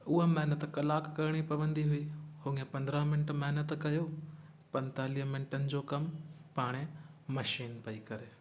उअं महिनत कलाक करिणी पवंदी हुई पंद्रहां मिंट महिनत कयो पंजतालियनि मिंटनि जो कमु पाणे मशीन पेई करे